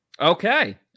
Okay